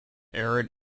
arid